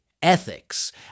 ethics